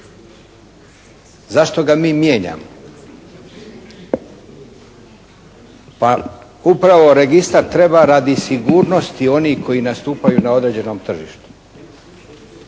Zašto ga mi mijenjamo? Pa upravo registar treba radi sigurnosti onih koji nastupaju na određenom tržištu.